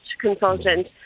consultant